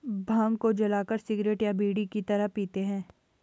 भांग को जलाकर सिगरेट या बीड़ी की तरह पीते हैं